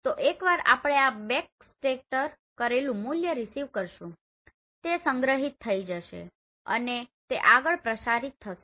તો એકવાર આપણે આ બેકસ્કેટર કરેલું મૂલ્ય રીસીવ કરીશું તે સંગ્રહિત થઈ જશે અને તે આગળ પ્રસારિત થશે